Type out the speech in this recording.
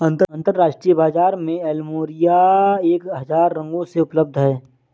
अंतरराष्ट्रीय बाजार में प्लुमेरिया एक हजार रंगों में उपलब्ध हैं